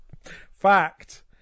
fact